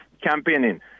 campaigning